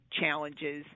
challenges